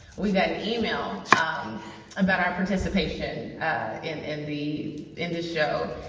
we got an email um about our participation in in the in this show.